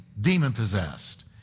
demon-possessed